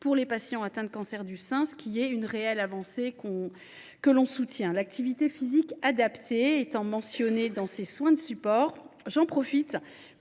pour les patients atteints d’un cancer du sein, ce qui est une réelle avancée. Nous les voterons. L’activité physique adaptée étant mentionnée dans ces soins de support, j’en profite